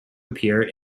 appear